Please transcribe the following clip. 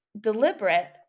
deliberate